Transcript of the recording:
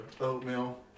oatmeal